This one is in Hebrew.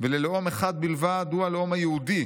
וללאום אחד בלבד, הוא הלאום היהודי,